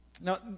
Now